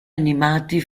animati